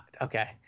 okay